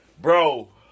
Bro